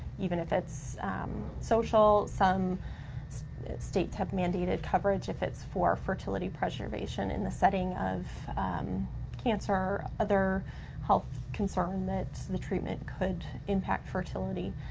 even if it's social. some states have mandated coverage if it's for fertility preservation in the setting of cancer or other health concern that the treatment could impact fertility.